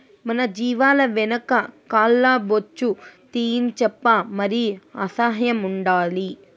మన జీవాల వెనక కాల్ల బొచ్చు తీయించప్పా మరి అసహ్యం ఉండాలి